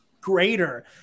greater